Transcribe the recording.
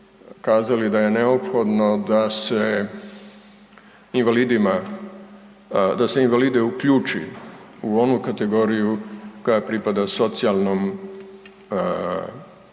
da je neophodno da se invalide uključi u onu kategoriju koja pripada socijalnoj